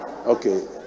Okay